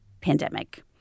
pandemic